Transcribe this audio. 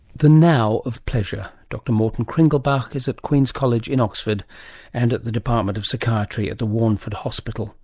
the now of pleasure, dr. morten kringelbach is at queen's college in oxford and at the department of psychiatry at the warneford hospital